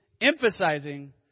emphasizing